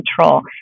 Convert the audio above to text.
control